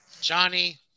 Johnny